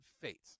fate